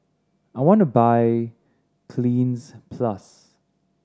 I want to buy Cleanz Plus